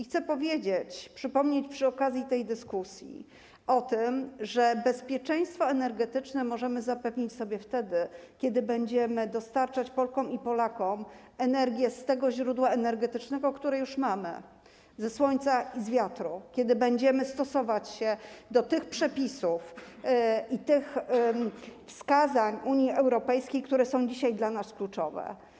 Chcę powiedzieć, przypomnieć przy okazji tej dyskusji o tym, że bezpieczeństwo energetyczne możemy zapewnić sobie wtedy, kiedy będziemy dostarczać Polkom i Polakom energię z tego źródła energetycznego, które już mamy: ze słońca i z wiatru, kiedy będziemy stosować się do tych przepisów i tych wskazań Unii Europejskiej, które są dzisiaj dla nas kluczowe.